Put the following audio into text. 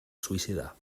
suïcidar